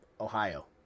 Ohio